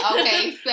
okay